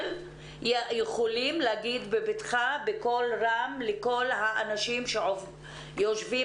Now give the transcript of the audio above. יכולים להגיד בבטחה ובקול רם לכל האנשים שיושבים